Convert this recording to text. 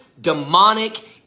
demonic